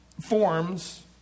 forms